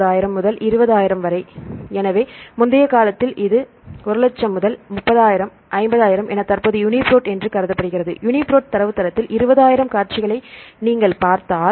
21000 முதல் 20000 வரை உரிமை எனவே முந்தைய காலத்தில் இது 100000 முதல் 30000 50000 என தற்போது யூனிப்ரோட் என்று கருதப்படுகிறது யூனிபிராட் தரவுத்தளத்தில் 20000 காட்சிகளை நீங்கள் பார்த்தால்